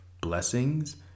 blessings